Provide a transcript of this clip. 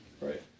Right